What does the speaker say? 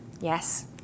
Yes